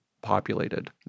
populated